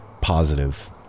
positive